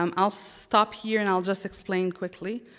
um i'll stop here and i'll just explain quickly.